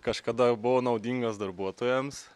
kažkada buvo naudingas darbuotojams